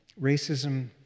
Racism